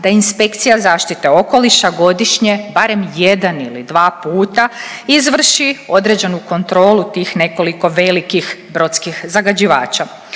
da inspekcija zaštite okoliša godišnje barem jedan ili dva puta izvrši određenu kontrolu tih nekoliko velikih brodskih zagađivača.